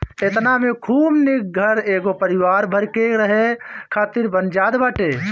एतना में खूब निक घर एगो परिवार भर के रहे खातिर बन जात बाटे